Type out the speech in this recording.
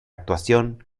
actuación